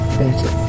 better